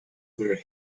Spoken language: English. were